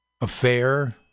affair